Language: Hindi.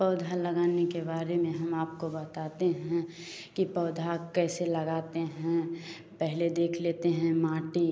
पौधा लगाने के बारे में हम आपको बताते हैं कि पौधा कैसे लगाते हैं पहले देख लेते हैं माटी